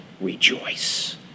rejoice